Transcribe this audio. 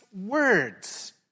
words